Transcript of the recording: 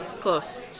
Close